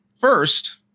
first